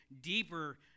deeper